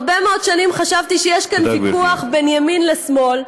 הרבה מאוד שנים חשבתי שיש כאן ויכוח בין ימין לשמאל.